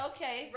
Okay